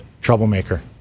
troublemaker